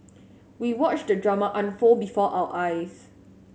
we watched the drama unfold before our eyes